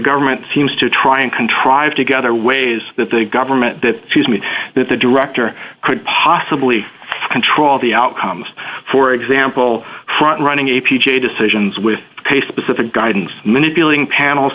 government seems to try and contrive together ways that the government that she's made that the director could possibly control the outcomes for example front running a p j decisions with a specific guidance manipulating panel